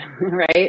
right